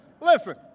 Listen